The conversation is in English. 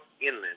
inland